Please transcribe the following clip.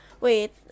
Wait